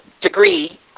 degree